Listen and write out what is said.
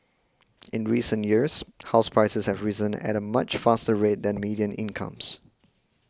in recent years house prices have risen at a much faster rate than median incomes